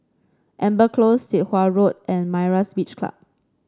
Amber Close Sit Wah Road and Myra's Beach Club